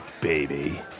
baby